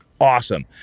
awesome